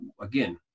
again